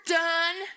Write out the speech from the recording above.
done